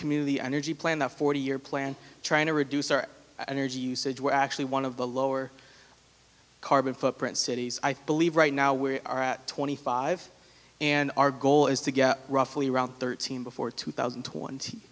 community energy plan a forty year plan trying to reduce our energy usage we're actually one of the lower carbon footprint cities i believe right now we are at twenty five and our goal is to get roughly around thirteen before two thousand and twenty